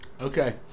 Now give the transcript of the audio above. Okay